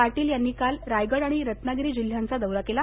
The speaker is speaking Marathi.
पाटील यांनी काल रायगड आणि रत्नागिरी जिल्ह्यांचा दौरा केला